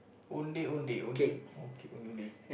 ondeh-ondeh okay ondeh-ondeh